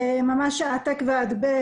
ממש העתק והדבק.